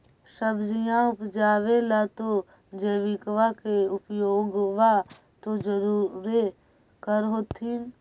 सब्जिया उपजाबे ला तो जैबिकबा के उपयोग्बा तो जरुरे कर होथिं?